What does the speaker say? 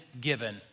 given